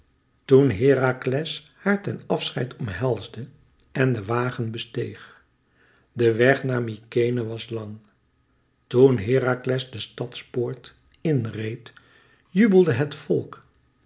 toen herakles haar ten afscheid omhelsde en den wagen besteeg de weg naar mykenæ was lang toen herakles de stadspoort in reed jubelde het volk